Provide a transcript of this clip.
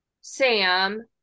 sam